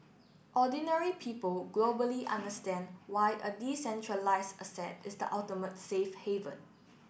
ordinary people globally understand why a decentralised asset is the ultimate safe haven